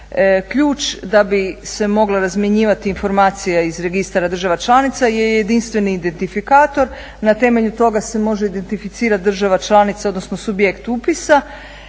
Ključ da bi se moglo razmjenjivati informacija iz registara država članica je jedinstveni identifikator. Na temelju toga se može identificirati država članica odnosno subjekt upisa.